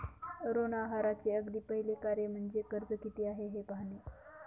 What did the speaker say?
ऋण आहाराचे अगदी पहिले कार्य म्हणजे कर्ज किती आहे हे पाहणे